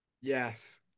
Yes